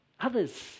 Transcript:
Others